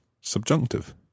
subjunctive